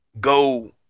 go